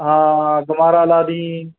ਹਾਂ ਗਮਾਰਾ ਲਾ ਦੀ